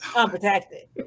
unprotected